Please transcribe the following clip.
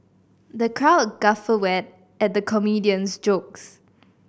the crowd guffawed why at the comedian's jokes